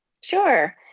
Sure